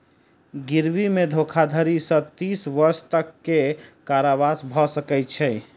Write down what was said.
गिरवी मे धोखाधड़ी सॅ तीस वर्ष तक के कारावास भ सकै छै